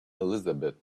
elizabeth